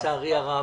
לצערי הרב,